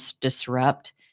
disrupt